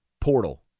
portal